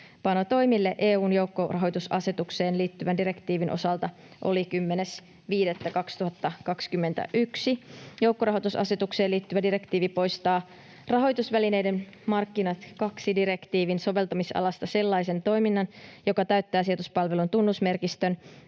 täytäntöönpanotoimille EU:n joukkorahoitusasetukseen liittyvän direktiivin osalta oli 10.5.2021. Joukkorahoitusasetukseen liittyvä direktiivi poistaa rahoitusvälineiden markkinat II ‑direktiivin soveltamisalasta sellaisen toiminnan, joka täyttää sijoituspalvelun tunnusmerkistön